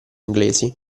inglesi